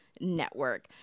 network